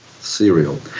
cereal